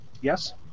Yes